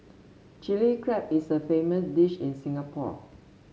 Chilli Crab is a famous dish in Singapore